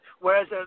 Whereas